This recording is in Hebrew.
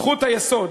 זכות היסוד,